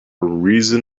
reason